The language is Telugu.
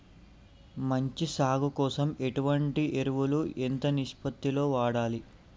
మంచి సాగు కోసం ఎటువంటి ఎరువులు ఎంత నిష్పత్తి లో వాడాలి?